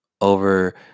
over